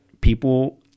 people